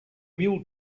mule